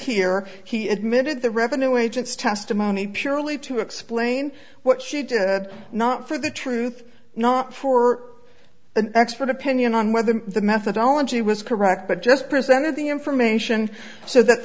here he admitted the revenue agents testimony purely to explain what she did not for the truth not for an expert opinion on whether the methodology was correct but just presented the information so that